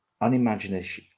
Unimaginative